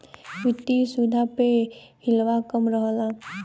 वित्तिय सुविधा प हिलवा कम रहल